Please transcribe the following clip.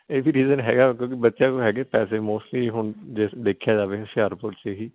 ਇਹ ਵੀ ਰੀਜ਼ਨ ਹੈਗਾ ਕਿਉਂਕੀ ਬੱਚਿਆਂ ਕੋ ਹੈਗੇ ਪੈਸੇ ਮੋਸਟਲੀ ਹੁਣ ਜੇ ਦੇਖਿਆ ਜਾਵੇ ਹੁਸ਼ਿਆਰਪੁਰ ਚੇ ਹੀ